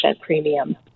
premium